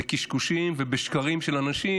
בקשקושים ובשקרים של אנשים,